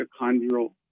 mitochondrial